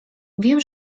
wiem